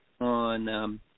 on –